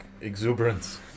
exuberance